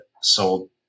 sold